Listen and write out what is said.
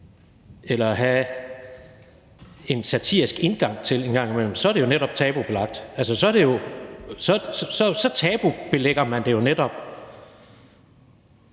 eller have en satirisk indgang til en gang imellem, så er det jo netop tabubelagt, altså, så tabubelægger man det jo netop.